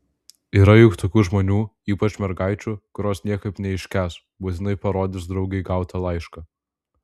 yra juk tokių žmonių ypač mergaičių kurios niekaip neiškęs būtinai parodys draugei gautą laišką